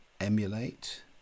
emulate